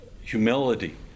humility